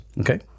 okay